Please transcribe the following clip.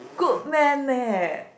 good man leh